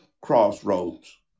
Crossroads